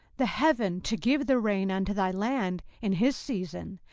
the heaven to give the rain unto thy land in his season,